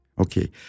Okay